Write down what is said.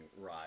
ride